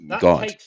God